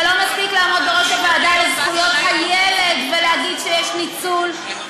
ולא מספיק לעמוד בראש הוועדה לזכויות הילד ולהגיד שיש ניצול.